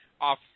off